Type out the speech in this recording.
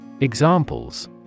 Examples